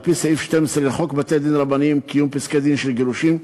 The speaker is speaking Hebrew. על-פי סעיף 12 לחוק בתי-דין רבניים (קיום פסקי-דין של גירושין),